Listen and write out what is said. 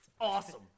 Awesome